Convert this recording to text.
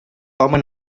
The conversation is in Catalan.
home